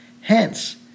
Hence